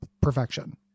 perfection